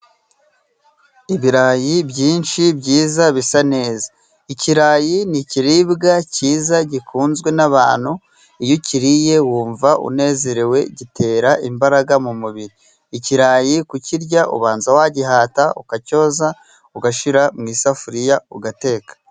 Ibirayi byinshi byiza bisa neza. Ikirayi ni ikiribwa cyiza gikunzwe n'abantu iyo ukiriye wumva unezerewe gitera imbaraga mu mubiri. Ikirayi kukirya ubanza wagihata ukacyoza ugashyira mu isafuriya ugateka.